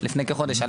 כחודש,